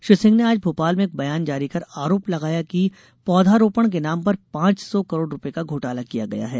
श्री सिंह ने आज भोपाल में एक बयान जारी कर आरोप लगाया कि पौधारोपण के नाम पर पांच सौ करोड़ रूपये का घोटाला किया गया है